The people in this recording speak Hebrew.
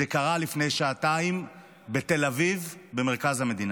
זה קרה לפני שעתיים בתל אביב, במרכז המדינה.